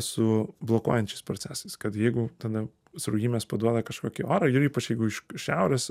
su blokuojančiais procesais kad jeigu tada sraujymės paduoda kažkokį orą ir ypač jeigu iš iš šiaurės